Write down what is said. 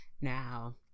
now